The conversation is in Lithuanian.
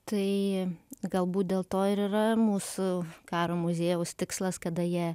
tai galbūt dėl to ir yra mūsų karo muziejaus tikslas kada jie